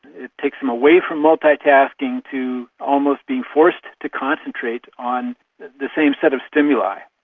it takes them away from multitasking to almost being forced to concentrate on the the same set of stimuli.